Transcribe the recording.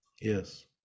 Yes